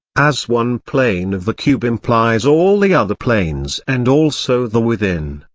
as one plane of the cube implies all the other planes and also the within,